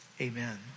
Amen